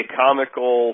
comical